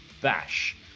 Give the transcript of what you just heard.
Bash